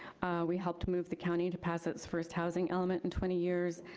we helped move the county to pass its first housing element in twenty years.